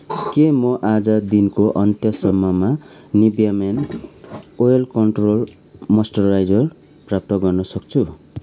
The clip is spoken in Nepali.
के म आज दिनको अन्त्यसम्ममा Nivea men oil control moisturiser प्राप्त गर्न सक्छु